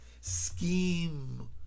scheme